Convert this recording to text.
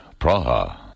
Praha